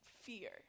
fear